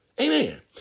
Amen